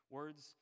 words